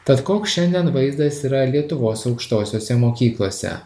tad koks šiandien vaizdas yra lietuvos aukštosiose mokyklose